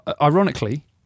ironically